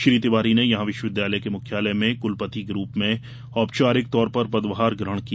श्री तिवारी ने यहां विश्वविद्यालय के मुख्यालय में कुलपति के रूप में औपचारिक तौर पर पदभार ग्रहण किया